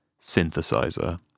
synthesizer